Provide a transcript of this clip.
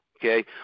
okay